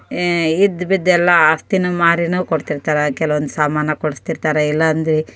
ಇದ್ದ ಬಿದ್ದ ಎಲ್ಲ ಆಸ್ತಿನು ಮಾರಿನು ಕೊಡ್ತಿರ್ತಾರೆ ಕೆಲವೊಂದು ಸಾಮಾನು ಕೊಡ್ಸ್ತಿರ್ತಾರೆ ಇಲ್ಲಂದೆ